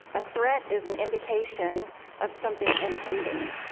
a threat is an indication of something impending.